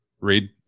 read